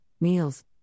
meals